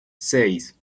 seis